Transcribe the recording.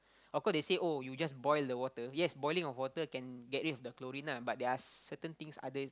of course they say oh you just boil the water yes boiling of water can get rid of the chlorine lah but there are certain things other